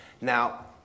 Now